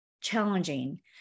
challenging